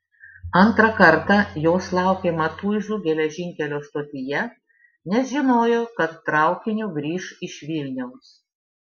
antrą kartą jos laukė matuizų geležinkelio stotyje nes žinojo kad traukiniu grįš iš vilniaus